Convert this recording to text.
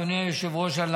אדוני היושב-ראש,